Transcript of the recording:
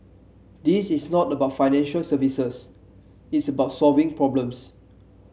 this is not about financial services it's about solving problems